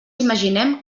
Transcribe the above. imaginem